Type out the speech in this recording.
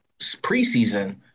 preseason